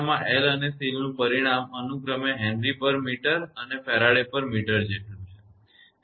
Lએલ અને Cસી નું પરિમાણ અનુક્રમે Hmtહેનરીમીટર અને Fmtફેરાડેમીટર જેટલું છે બરાબર